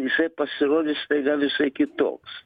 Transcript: jisai pasirodys staiga visai kitoks